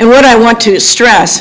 and what i want to stress